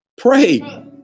pray